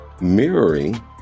Mirroring